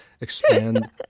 expand